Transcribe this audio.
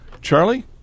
Charlie